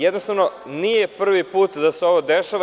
Jednostavno, nije prvi put da se ovo dešava.